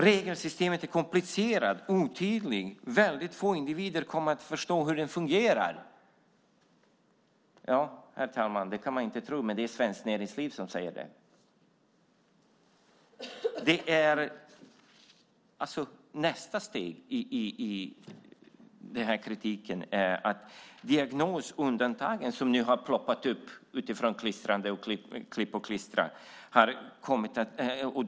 Regelsystemet är komplicerat, otydligt, få individer kommer att förstå hur det fungerar. Man kan inte tro det, herr talman, men det är Svenskt Näringsliv som säger så. Nästa steg i kritiken gäller diagnosundantagen som nu ploppat upp utifrån klippandet och klistrandet.